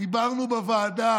דיברנו בוועדה על